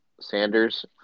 Sanders